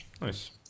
Nice